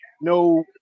no